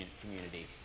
community